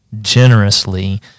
generously